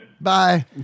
Bye